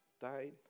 died